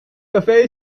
café